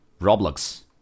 roblox